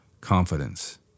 confidence